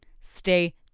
stay